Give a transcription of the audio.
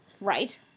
right